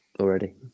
already